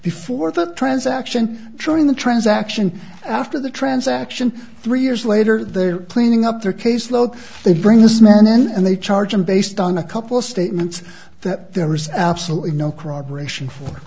before the transaction trying the transaction after the transaction three years later they're cleaning up their caseload they bring this man in and they charge him based on a couple statements that there is absolutely no corroboration for